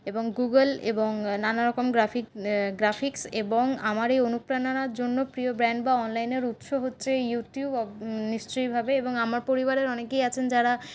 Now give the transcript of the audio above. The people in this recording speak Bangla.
এবং গুগুল এবং নানা রকম গ্রাফিক গ্রাফিক্স এবং আমার এই অনুপ্রেরণার জন্য প্রিয় ব্র্যান্ড বা অনলাইনের উৎস হচ্ছে ইউটিউব নিশ্চইভাবে এবং আমার পরিবারের অনেকেই আছেন যারা